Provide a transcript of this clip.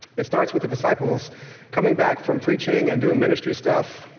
it starts with the disciples coming back from preaching and doing ministry stuff,